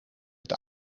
het